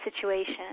situation